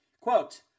Quote